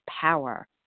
power